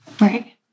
Right